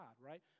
right